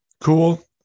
cool